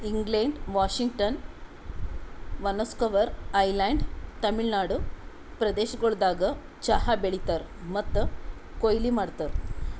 England, Washington, Vancouver island, Tamil Nadu ಪ್ರದೇಶಗೊಳ್ದಾಗ್ ಚಹಾ ಬೆಳೀತಾರ್ ಮತ್ತ ಕೊಯ್ಲಿ ಮಾಡ್ತಾರ್